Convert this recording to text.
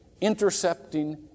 intercepting